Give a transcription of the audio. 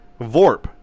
Vorp